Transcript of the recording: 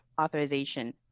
authorization